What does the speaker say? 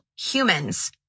humans